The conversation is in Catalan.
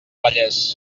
vallès